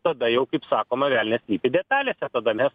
tada jau kaip sakoma velnias slypi detalėse tada nes